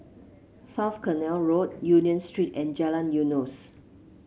South Canal Road Union Street and Jalan Eunos